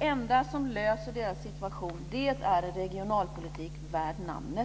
enda som kan lösa detta problem är självklart en regionalpolitik värd namnet.